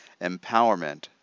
empowerment